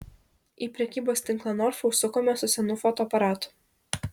į prekybos tinklą norfa užsukome su senu fotoaparatu